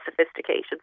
sophisticated